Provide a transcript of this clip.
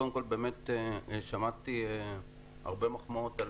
קודם כל, באמת שמעתי הרבה מחמאות.